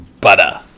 butter